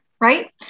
right